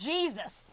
Jesus